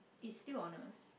it's still honours